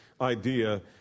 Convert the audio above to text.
idea